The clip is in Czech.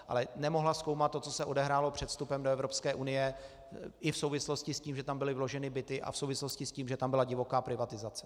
Ale nemohla zkoumat to, co se odehrálo před vstupem do Evropské unie, i v souvislosti s tím, že tam byly vloženy byty, a v souvislosti s tím, že tam byla divoká privatizace.